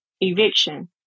eviction